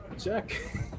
check